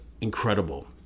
incredible